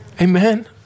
Amen